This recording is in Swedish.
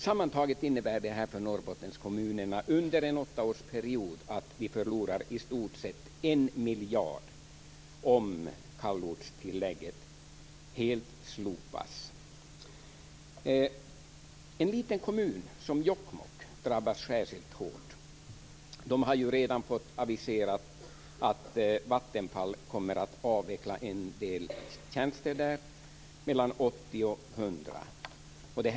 Sammantaget innebär det att Norrbottenskommunerna under en åttaårsperiod förlorar i stort sett en miljard, om kallortstillägget helt slopas. En liten kommun som Jokkmokk drabbas särskilt hårt. Det har redan aviserats att Vattenfall kommer att avveckla en del tjänster där, mellan 80 och 100 tjänster.